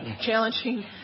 challenging